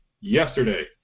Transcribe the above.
yesterday